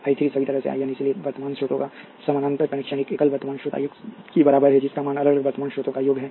I ३ सभी तरह से I N इसलिए वर्तमान स्रोतों का समानांतर कनेक्शन एक एकल वर्तमान स्रोत I x के बराबर है जिसका मान अलग अलग वर्तमान स्रोतों का योग है